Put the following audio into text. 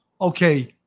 okay